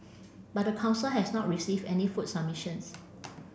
but the council has not received any food submissions